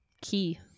key